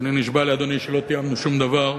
אני נשבע לאדוני שלא תיאמנו שום דבר,